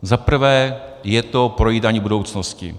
Za prvé je to projídání budoucnosti.